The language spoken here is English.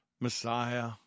Messiah